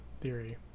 theory